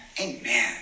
Amen